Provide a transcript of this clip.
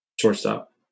Shortstop